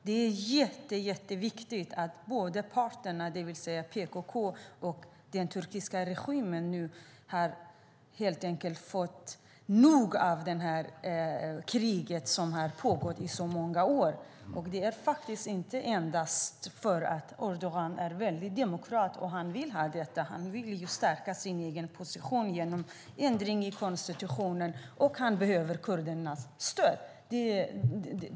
Det är självfallet jätteviktigt att båda parter, det vill säga PKK och den turkiska regimen, nu helt enkelt har fått nog av det krig som har pågått i så många år. Men det beror inte endast på att Erdogan är demokrat att han vill ha detta. Han vill stärka sin egen position genom en ändring i konstitutionen, och han behöver kurdernas stöd.